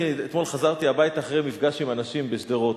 אני אתמול חזרתי הביתה אחרי מפגש עם אנשים בשדרות.